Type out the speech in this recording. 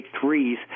threes